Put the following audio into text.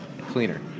Cleaner